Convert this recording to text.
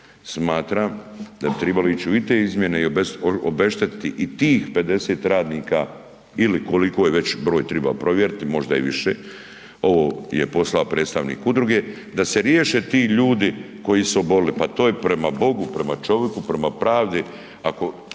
bi tribalo ići i u te izmjene i obeštetiti i tih 50 radnika ili koliko je već broj, triba provjeriti možda ih je više, ovo je poslao predstavnik udruge, da se riješe ti ljudi koji su obolili. Pa to je prema Bogu, prema čoviku, prema pravdi mislim